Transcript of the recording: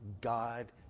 God